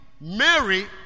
Mary